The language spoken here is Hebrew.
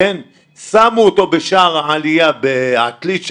שמו אותו בשער העלייה בעתלית שם,